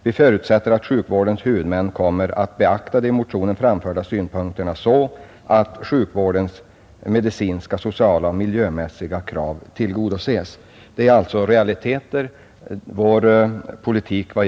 Vi förutsätter att sjukvårdshuvudmännen kommer att beakta de i motionen framförda synpunkterna så att sjukvårdens medicinska, sociala och miljömässiga krav tillgodoses.” Detta är alltså realiteter.